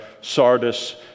Sardis